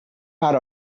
part